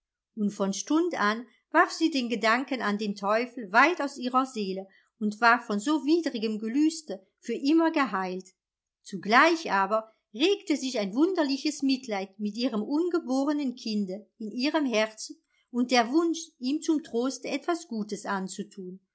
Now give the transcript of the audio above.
und von stund an warf sie den gedanken an den teufel weit aus ihrer seele und war von so widrigem gelüste für immer geheilt zugleich aber regte sich ein wunderliches mitleid mit ihrem ungeborenen kinde in ihrem herzen und der wunsch ihm zum troste etwas gutes anzutun